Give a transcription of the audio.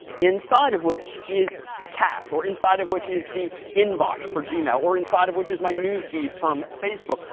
inside of which is the cat or inside of which is the inbox for gmail or inside of which is my news feed from facebook.